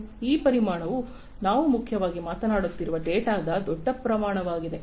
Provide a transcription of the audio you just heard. ಈ ಪರಿಮಾಣವು ನಾವು ಮುಖ್ಯವಾಗಿ ಮಾತನಾಡುತ್ತಿರುವ ಡೇಟಾದ ದೊಡ್ಡ ಪ್ರಮಾಣವಾಗಿದೆ